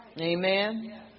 Amen